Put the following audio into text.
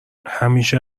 همیشه